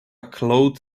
cloud